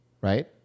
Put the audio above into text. right